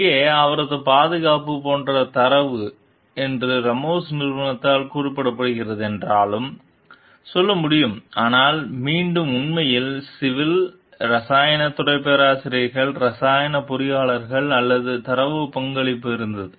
இங்கே அவரது பாதுகாப்பு போன்ற தரவு என்று ராமோஸ் நிறுவனத்தால் கூறப்படுகிறது என்றாலும் சொல்ல முடியும் ஆனால் மீண்டும் உண்மையில் சிவில் இரசாயன துறை பேராசிரியர்கள் இரசாயன பொறியாளர்கள் இந்த தரவு பங்களிப்பு இருந்தது